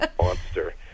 Monster